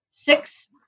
six